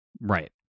right